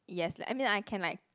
yes like I mean I can like